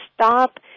stop